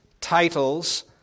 titles